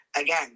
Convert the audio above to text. again